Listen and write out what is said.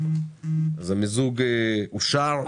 המיזוג אושר.